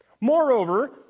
Moreover